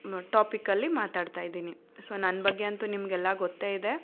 ಟಾಪಿಕಲ್ಲಿ ಮಾತಾಡ್ತಾ ಇದೀನಿ ಸೊ ನನ್ನ ಬಗ್ಗೆ ಅಂತೂ ನಿಮಗೆಲ್ಲಾ ಗೊತ್ತೇ ಇದೆ